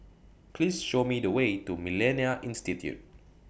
Please Show Me The Way to Millennia Institute